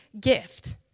gift